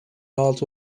altı